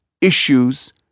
issues